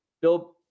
Bill